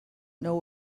know